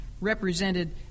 represented